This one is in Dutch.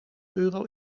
euro